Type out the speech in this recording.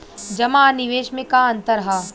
जमा आ निवेश में का अंतर ह?